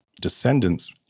descendants